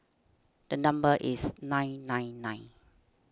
the number is nine nine nine